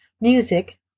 Music